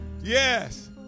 Yes